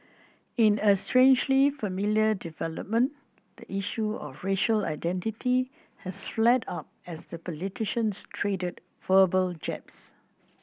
in a strangely familiar development the issue of racial identity has flared up as the politicians traded verbal jabs